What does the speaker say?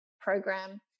program